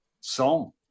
song